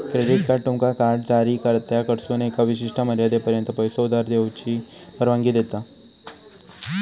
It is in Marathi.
क्रेडिट कार्ड तुमका कार्ड जारीकर्त्याकडसून एका विशिष्ट मर्यादेपर्यंत पैसो उधार घेऊची परवानगी देता